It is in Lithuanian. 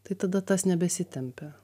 tai tada tas nebesitempia